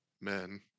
men